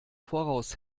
voraus